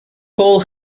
hole